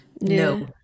no